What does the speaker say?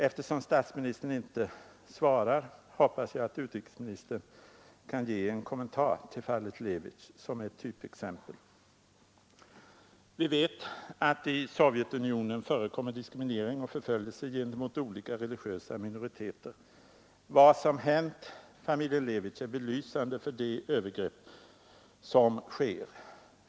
Eftersom 3 statsministern inte svarar, hoppas jag att utrikesministern kan ge en kommentar till fallet Levitj, som är ett typexempel. Vi vet att i Sovjetunionen förekommer diskriminering och förföljelse gentemot olika religösa minoriteter. Vad som hänt familjen Levitj är belysande för de övergrepp som sker.